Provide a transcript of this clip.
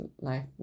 life